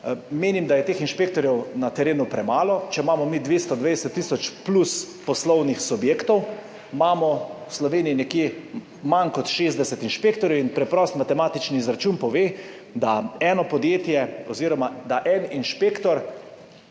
Menim, da je teh inšpektorjev na terenu premalo. Če imamo mi 220 tisoč plus poslovnih subjektov, imamo v Sloveniji nekje manj kot 60 inšpektorjev in preprost matematični izračun pove, da en inšpektor